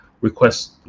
request